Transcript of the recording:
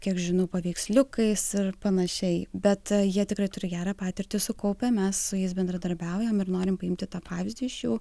kiek žinau paveiksliukais ir panašiai bet jie tikrai turi gerą patirtį sukaupę mes su jais bendradarbiaujam ir norim paimti tą pavyzdį iš jų